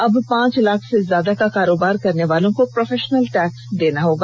अब पांच लाख से ज्यादा का कारोबार करने वालों को प्रोफेषनल टैक्स भरना होगा